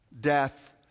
death